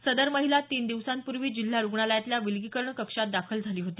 सदर महिला तीन दिवसांपूर्वी जिल्हा रुग्णालयातल्या विलगीकरण कक्षात दाखल झाली होती